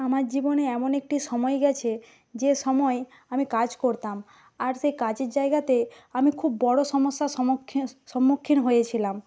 আমার জীবনে এমন একটি সময় গিয়েছে যে সময় আমি কাজ করতাম আর সে কাজের জায়গাতে আমি খুব বড় সমস্যার সমক্ষে সম্মুখীন হয়েছিলাম